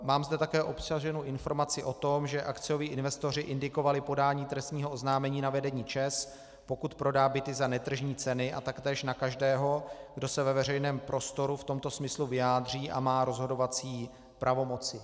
Mám zde také obsaženu informaci o tom, že akcioví investoři indikovali podání trestního oznámení na vedení ČEZ, pokud prodá byty za netržní ceny, a taktéž na každého, kdo se ve veřejném prostoru v tomto smyslu vyjádří a má rozhodovací pravomoci.